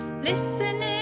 listening